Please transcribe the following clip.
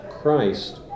Christ